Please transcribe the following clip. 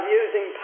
using